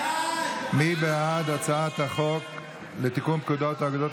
מי בעד הצעת החוק לתיקון פקודת האגודות